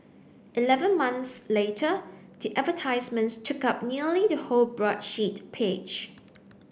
eleven months later the advertisements took up nearly the whole broadsheet page